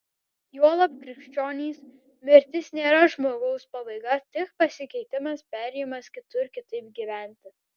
juolab krikščionys mirtis nėra žmogaus pabaiga tik pasikeitimas perėjimas kitur kitaip gyventi